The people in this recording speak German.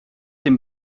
dem